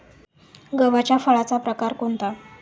गव्हाच्या फळाचा प्रकार कोणता?